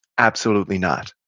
absolutely not,